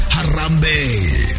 Harambe